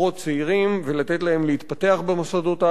ולתת להם להתפתח במוסדות האקדמיים,